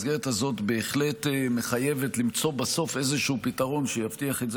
והמסגרת הזאת בהחלט מחייבת למצוא בסוף איזשהו פתרון שיבטיח את זה